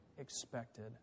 expected